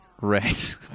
Right